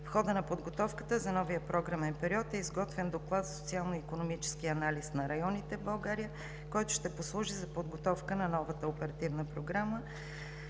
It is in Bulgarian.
В хода на подготовката за новия програмен период е изготвен Доклад за социално-икономическия анализ на районите в България, който ще послужи за подготовка на новата оперативна програма.